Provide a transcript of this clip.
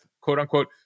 quote-unquote